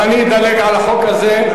אז אני אדלג על החוק הזה,